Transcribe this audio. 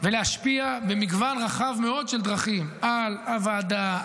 ולהשפיע במגוון רחב מאוד של דרכים על הוועדה,